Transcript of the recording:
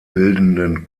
bildenden